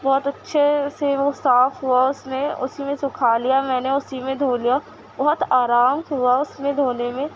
بہت اچھے سے وہ صاف ہوا اس میں اسی میں سکھا لیا میں نے اسی میں دھو لیا بہت آرام ہوا اس میں دھونے میں